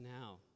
now